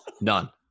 None